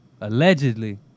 Allegedly